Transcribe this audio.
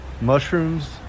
mushrooms